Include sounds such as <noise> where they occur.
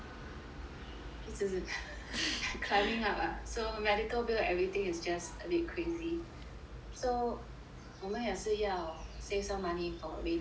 一直直 <laughs> climbing up ah so medical bill everything is just a bit crazy so 我们也是要 save some money for a rainy day